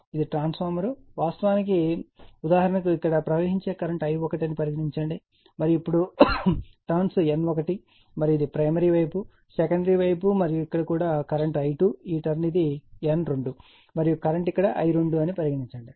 ఇది ట్రాన్స్ఫార్మర్ అని అనుకుందాం మరియు వాస్తవానికి ఉదాహరణకు ఇక్కడ ప్రవహించే కరెంట్ I1 అని పరిగణించండి మరియు ఇక్కడ టర్న్స్ N1 మరియు ఇది ప్రైమరీ వైపు సెకండరీ వైపు మరియు ఇక్కడ కూడా కరెంట్ I2 ఈ టర్న్ ఇది N2 మరియు కరెంట్ ఇక్కడ I2 అని పరిగణించండి